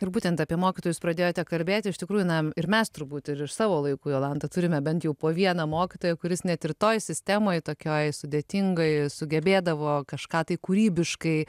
ir būtent apie mokytojus pradėjote kalbėti iš tikrųjų na ir mes turbūt ir iš savo laikų jolanta turime bent jau po vieną mokytoją kuris net ir toj sistemoj tokioj sudėtingoj sugebėdavo kažką tai kūrybiškai